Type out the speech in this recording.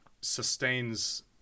sustains